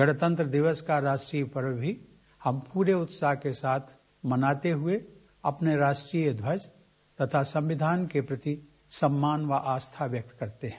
गणतंत्र दिवस का राष्ट्रीय पर्व भी हम पूरे उत्साह के साथ मनाते हुए अपने राष्ट्रीय ध्वज तथा अपने संविधान के प्रति सम्मान व आस्था प्रकट करते है